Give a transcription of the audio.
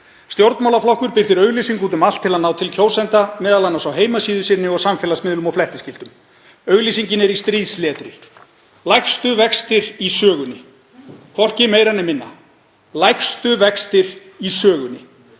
Stjórnmálaflokkur birtir auglýsingu úti um allt til að ná til kjósenda, m.a. á heimasíðu sinni og samfélagsmiðlum og flettiskiltum. Auglýsingin er með stríðsletri: Lægstu vextir í sögunni. Hvorki meira né minna, lægstu vextir í sögunni.